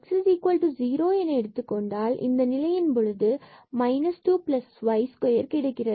பின்பு நாம் x0 என எடுத்துக்கொண்டால் இந்த நிலையின் பொழுது minus 2 y square கிடைக்கிறது